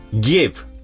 give